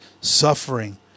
suffering